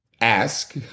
ask